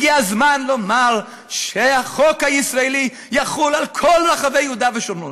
הגיע הזמן לומר שהחוק הישראלי יחול על כל רחבי יהודה ושומרון.